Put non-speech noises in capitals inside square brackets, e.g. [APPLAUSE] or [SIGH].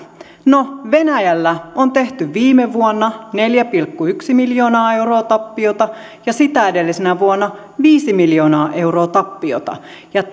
no venäjällä on tehty viime vuonna neljä pilkku yksi miljoonaa euroa tappiota ja sitä edellisenä vuonna viisi miljoonaa euroa tappiota ja [UNINTELLIGIBLE]